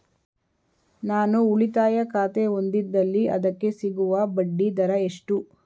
ನಾನು ಉಳಿತಾಯ ಖಾತೆ ಹೊಂದಿದ್ದಲ್ಲಿ ಅದಕ್ಕೆ ಸಿಗುವ ಬಡ್ಡಿ ದರ ಎಷ್ಟು?